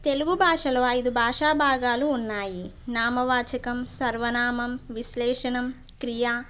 తెలుగు భాషలో ఐదు భాషాభాగాలు ఉన్నాయి నామవాచకం సర్వనామం విశ్లేషణం క్రియా